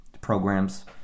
programs